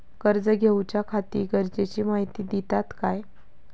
कर्ज घेऊच्याखाती गरजेची माहिती दितात काय?